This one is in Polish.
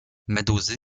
meduzy